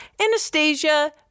Anastasia